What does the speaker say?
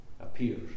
appears